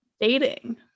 Dating